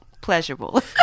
pleasurable